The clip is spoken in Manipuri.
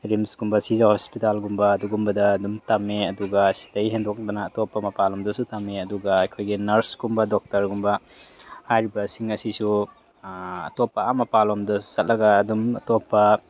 ꯔꯤꯝꯁꯀꯨꯝꯕ ꯁꯤꯖ ꯍꯣꯁꯄꯤꯇꯥꯜꯒꯨꯝꯕ ꯑꯗꯨꯒꯨꯝꯕꯗ ꯑꯗꯨꯝ ꯇꯝꯃꯦ ꯑꯗꯨꯒ ꯁꯤꯗꯒꯤ ꯍꯦꯟꯗꯣꯛꯄꯅ ꯑꯇꯣꯞꯄ ꯃꯄꯥꯟ ꯂꯝꯗꯁꯨ ꯇꯝꯃꯦ ꯑꯗꯨꯒ ꯑꯩꯈꯣꯏꯒꯤ ꯅꯔꯁ ꯀꯨꯝꯕ ꯗꯣꯛꯇꯔꯒꯨꯝꯕ ꯍꯥꯏꯔꯤꯕꯁꯤꯡ ꯑꯁꯤꯁꯨ ꯑꯇꯣꯞꯄ ꯑꯥ ꯃꯄꯥꯟ ꯂꯣꯝꯗ ꯆꯠꯂꯒ ꯑꯗꯨꯝ ꯑꯇꯣꯞꯄ